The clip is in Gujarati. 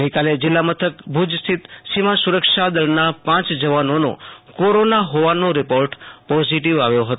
ગઈકાલે જિલ્લામથક ભુજેસ્થિત સીમા સુરક્ષા દળના પાંચ જવાનોનો કોરોના હોવાનો રિપોર્ટ પોઝિટિવ આવ્યો હતો